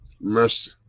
mercy